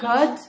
God